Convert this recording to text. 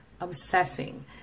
obsessing